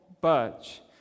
budge